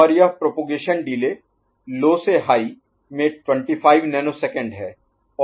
और यह propagation delay low से हाई में 25 नैनोसेकंड है